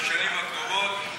בשנים הקרובות,